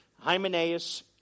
Hymenaeus